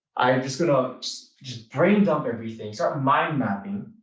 i'm just gonna just brain dump everything start mind mapping.